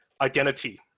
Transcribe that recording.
identity